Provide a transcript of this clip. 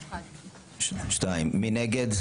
2. מי נגד?